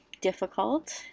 difficult